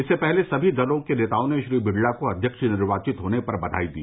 इससे पहले सभी दलों के नेताओं ने श्री बिड़ला को अध्यक्ष निर्वाचित होने पर बधाई दी